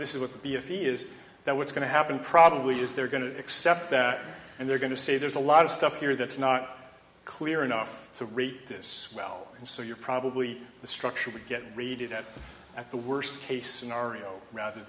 this is what b if he is that what's going to happen probably is they're going to accept that and they're going to say there's a lot of stuff here that's not clear enough to read this well and so you're probably the structure would get read it at the worst case scenario rather